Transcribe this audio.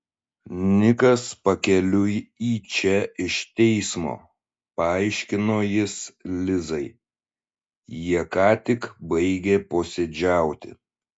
nikas pakeliui į čia iš teismo paaiškino jis lizai jie ką tik baigė posėdžiauti